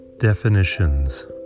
DEFINITIONS